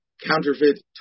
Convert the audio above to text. counterfeit